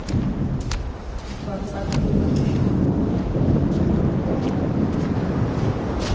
ᱥᱳᱣᱟᱯᱳᱠᱟ ᱠᱚ ᱦᱩᱭᱩᱜ ᱠᱟᱱ ᱛᱟᱦᱮᱱ